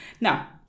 Now